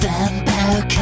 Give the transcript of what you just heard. Vampire